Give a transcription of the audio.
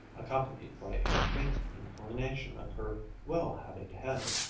accompanied by a faint inclination of her well-hatted head,